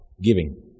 giving